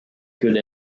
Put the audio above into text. good